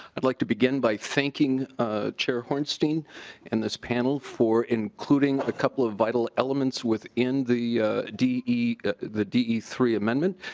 would like to begin by thanking chair hornstein and this this panel for including a couple of vital elements within the de the de three amendment.